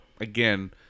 again